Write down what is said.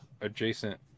Adjacent